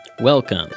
Welcome